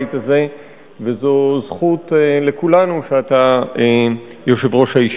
זו הישיבה הראשונה, כמדומני, שאתה מנהל כיושב-ראש.